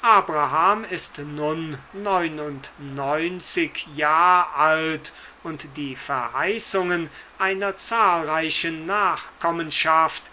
abraham ist nun neunundneunzig jahr alt und die verheißungen einer zahlreichen nachkommenschaft